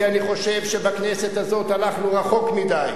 כי אני חושב שבכנסת הזאת הלכנו רחוק מדי.